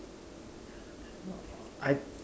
I